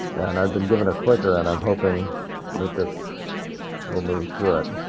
and i've been given a clicker and i'm hoping that this will move through it.